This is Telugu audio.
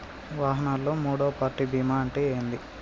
వాహనాల్లో మూడవ పార్టీ బీమా అంటే ఏంటి?